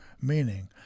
meaning